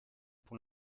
pour